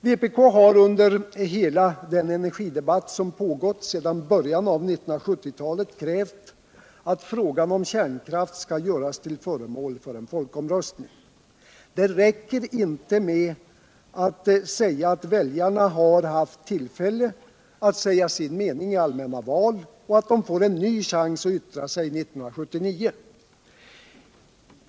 | V pk har under hela den energidebatt som pågått sedan början av 1970-talet krävt, att frågan om kärnkraft skall göras till föremål för en folkomröstning. Det räcker inte med att säga att väljarna haft ullfälle att säga sin mening i ullmänna val och att de får en ny chans att yttra sig 1979.